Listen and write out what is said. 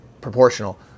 proportional